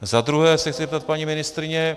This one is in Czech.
Za druhé se chci zeptat paní ministryně.